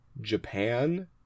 Japan